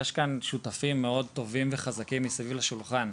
יש כאן שותפים מאוד טובים וחזקים מסביב לשולחן,